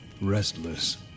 restless